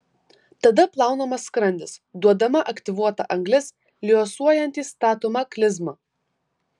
tada plaunamas skrandis duodama aktyvuota anglis liuosuojantys statoma klizma